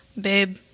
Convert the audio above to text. Babe